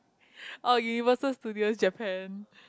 oh Universal Studio Japan